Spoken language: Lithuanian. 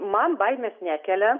man baimės nekelia